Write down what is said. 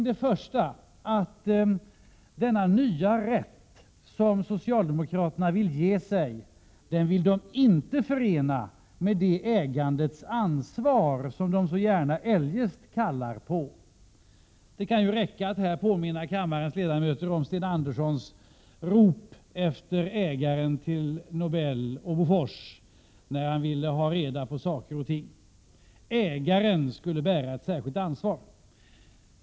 Det första skälet är att denna nya rätt som socialdemokraterna vill ge sig, den vill de inte förena med det ägandets ansvar som de så gärna annars kallar på. Det kan här räcka med att påminna kammarens ledamöter om Sten Anderssons rop efter ägaren till Nobel och Bofors när han vill ha reda på saker och ting — ägaren skulle bära ett särskilt ansvar.